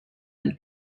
and